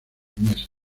meses